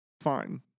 Fine